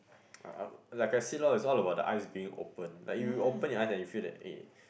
I'll like I say lor it's all about the eyes being open like you you open your eyes and you feel like eh